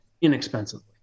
inexpensively